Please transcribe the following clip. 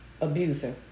abuser